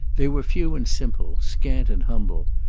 they were few and simple, scant and humble,